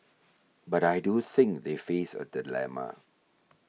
but I do think they face a dilemma